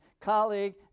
colleague